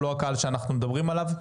הוא לא הקהל שאנחנו מדברים עליו.